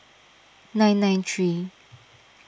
nine nine three